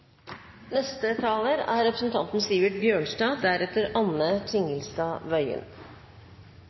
neste omgang. Neste taler er representanten Kjersti Toppe, deretter